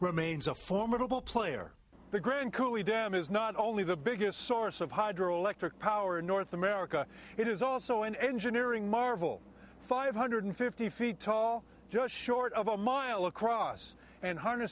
remains a formidable player the grand coulee dam is not only the biggest source of hydroelectric power in north america it is also an engineering marvel five hundred fifty feet tall just short of a mile across and h